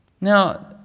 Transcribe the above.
Now